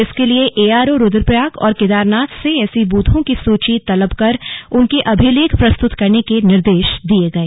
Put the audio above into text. इसके लिए एआरओ रुद्रप्रयाग और केदारनाथ से ऐसी बूथों की सूची तलब कर उनके अभिलेख प्रस्तुत करने के निर्देश दिये गए